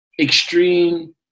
extreme